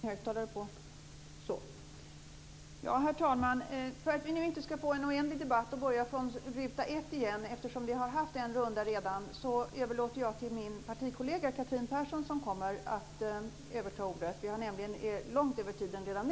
Herr talman! Vi har redan haft en debattrunda, och för att vi inte ska börja om på ruta 1 igen och få en oändlig debatt överlåter jag till min partikollega, Catherine Persson, som kommer senare i debatten, att besvara frågorna. Vi har nämligen redan nu dragit långt över tiden.